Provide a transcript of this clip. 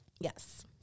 Yes